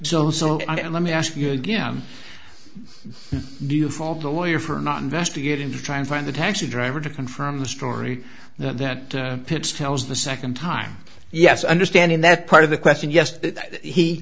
d let me ask you again do you fault the lawyer for not investigating to try and find a taxi driver to confirm the story that pits tells the second time yes understanding that part of the question yes he